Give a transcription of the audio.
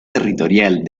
territorial